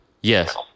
Yes